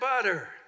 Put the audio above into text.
butter